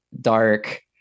dark